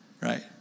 right